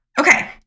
Okay